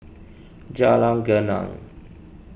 Jalan Geneng